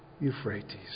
Euphrates